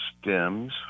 stems